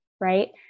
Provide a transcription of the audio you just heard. right